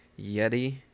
yeti